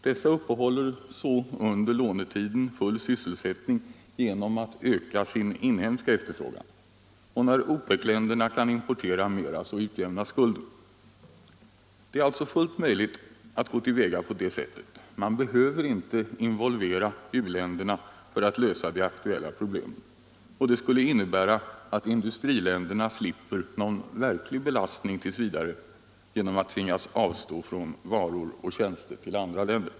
Dessa uppehåller under lånetiden full sysselsättning genom att öka sin inhemska efterfrågan. När OPEC-länderna kan importera mera så utjämnas skulden. Det är fullt möjligt att gå till väga på det sättet. Man behöver inte involvera u-länderna för att lösa de akuta problemen. Det innebär att industriländerna t. v. slipper någon verklig belastning genom att tvingas avstå från varor och tjänster till andra länder.